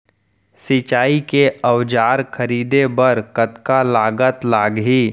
सिंचाई के औजार खरीदे बर कतका लागत लागही?